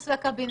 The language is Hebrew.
הסטטוס לקבינט?